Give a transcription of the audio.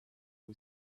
who